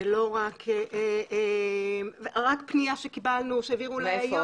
רק פנייה שקיבלנו, שהעבירו להיום.